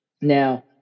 Now